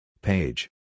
Page